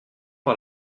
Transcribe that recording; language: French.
par